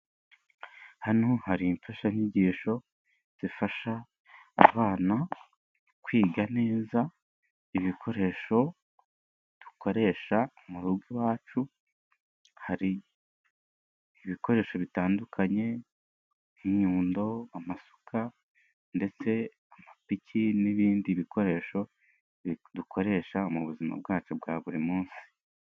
Hano hari imfashanyigisho zifasha abana kwiga neza ibikoresho dukoresha mu rugo iwacu hari ibikoresho bitandukanye inyundo, amasuka, ndetse amapiki n'ibindi bikoresho dukoresha mu buzima bwacu bwa buri munsi.